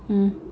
mm